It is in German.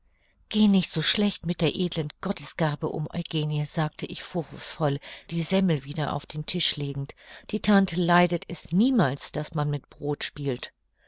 geh nicht so schlecht mit der edlen gottesgabe um eugenie sagte ich vorwurfsvoll die semmel wieder auf den tisch legend die tante leidet es niemals daß man mit brod spielt